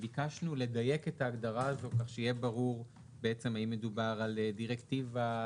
וביקשנו לדייק את ההגדרה הזאת כך שיהיה ברור האם מדובר על דירקטיבה,